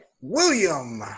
William